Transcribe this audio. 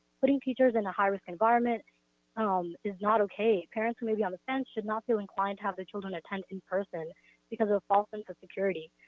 putting teachers in a high risk environment um is not okay. parents who may be on the fence should not feel inclined to have the children attend to in-person because of a false sense of security.